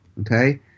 okay